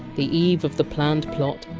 the eve of the planned plot,